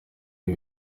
ari